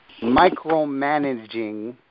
micromanaging